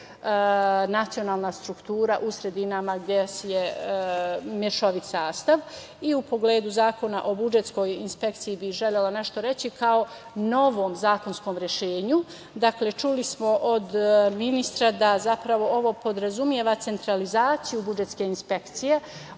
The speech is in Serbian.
nacionalna struktura u sredinama gde je mešovit sastav.U pogledu Zakona o budžetskoj inspekciji bih želela nešto reći kao novom zakonskom rešenju. Dakle, čuli smo od ministra da zapravo ovo podrazumeva centralizaciju budžetske inspekcija.